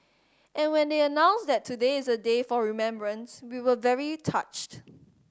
and when they announced that today is a day for remembrance we were very touched